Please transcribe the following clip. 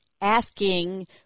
asking